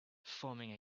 forming